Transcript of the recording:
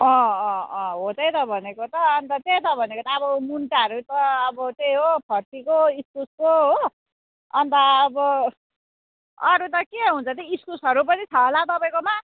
अँ अँ हो त्यही त भनेको त अन्त त्यही त भनेको त अब मुन्टाहरू छ अब त्यही हो फर्सीको इस्कुसको हो अन्त अब अरू त के हुन्छ त्यही इस्कुसहरू पनि छ होला तपाईँकोमा